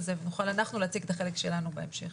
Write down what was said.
זה ונוכל אנחנו להציג את החלק שלנו בהמשך.